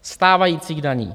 Stávajících daní!